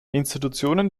institutionen